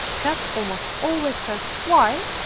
kat almost always said why?